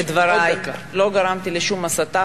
אני בדברי לא גרמתי לשום הסתה,